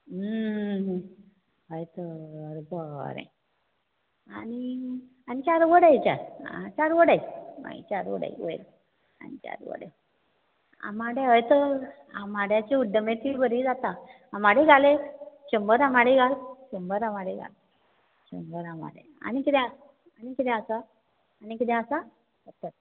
हय तर बरें आनी आनी चार वडय चार वडय आनी चार वडय आंबाडे व्हय तर आंबाड्याचें बरें जाता आंबाडे घाल शंबर आंबाडे घाल शंबर आंबाडे आनी कितें आसा आनी कितें आसा